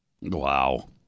Wow